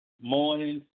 morning